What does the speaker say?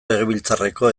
legebiltzarreko